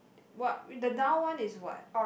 what the down one is what